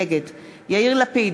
נגד יאיר לפיד,